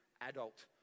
adult